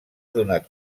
donat